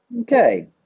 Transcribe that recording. Okay